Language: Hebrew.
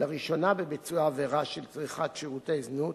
לראשונה בביצוע עבירה של צריכת שירותי זנות,